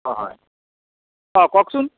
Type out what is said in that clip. হয় অঁ কওকচোন